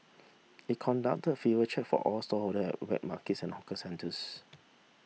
it conducted fever check for all stallholder at wet markets and hawker centres